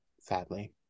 sadly